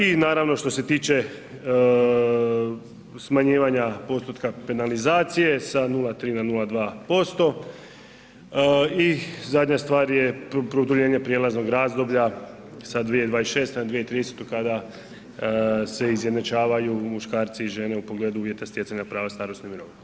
I što se tiče smanjivanja postotka penalizacije sa 0,3 na 0,2% i zadnja stvar je produljenje prijelaznog razdoblja sa 2026. na 2030. kada se izjednačavaju muškarci i žene u pogledu uvjeta stjecanja prava starosne mirovine.